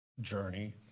journey